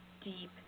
deep